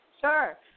Sure